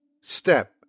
Step